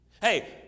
Hey